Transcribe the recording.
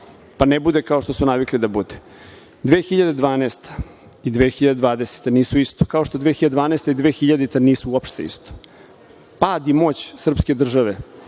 pa ne bude kao što su navikli da bude. Godina 2012. i 2020. nisu isto, kao što 2012. i 2000. nisu uopšte isto. Pad i moć srpske države